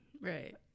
Right